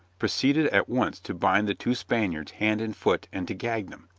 proceeded at once to bind the two spaniards hand and foot, and to gag them.